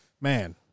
man